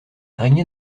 régnait